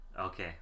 Okay